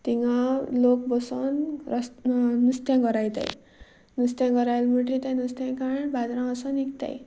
थंय लोक बसून नुस्तें गरयताय नुस्त्या गरयलें म्हटल्यार तें नुस्तें काडन बाजरां वचून विकतात